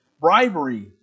Bribery